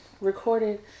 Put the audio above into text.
recorded